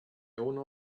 owner